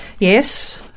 Yes